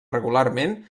regularment